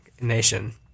nation